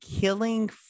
killing